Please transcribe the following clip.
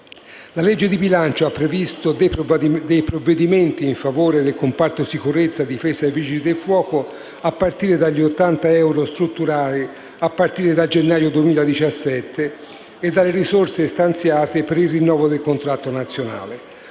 La legge di bilancio ha previsto dei provvedimenti in favore del comparto sicurezza, difesa e vigili del fuoco, a cominciare dagli 80 euro strutturali da gennaio 2017 e dalle risorse stanziate per il rinnovo del contratto nazionale.